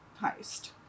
heist